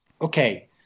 Okay